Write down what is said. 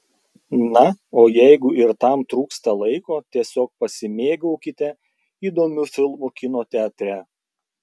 na o jeigu ir tam trūksta laiko tiesiog pasimėgaukite įdomiu filmu kino teatre